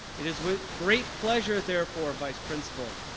it is with great pleasure, therefore, vice principal,